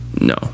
no